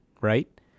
right